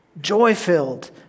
joy-filled